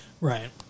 Right